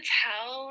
tell